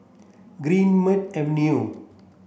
Greenmead Avenue